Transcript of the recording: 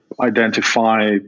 identify